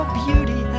beauty